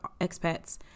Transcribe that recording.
expats